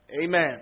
Amen